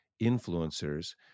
influencers